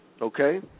okay